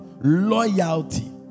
loyalty